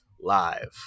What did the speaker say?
live